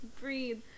breathe